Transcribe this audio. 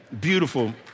Beautiful